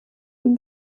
ihm